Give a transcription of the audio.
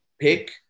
pick